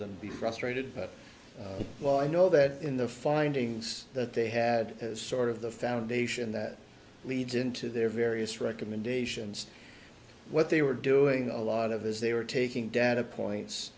than be frustrated but well i know that in the findings that they had as sort of the foundation that leads into their various recommendations what they were doing a lot of as they were taking data points